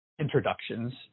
introductions